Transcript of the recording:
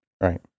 Right